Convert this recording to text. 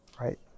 right